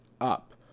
up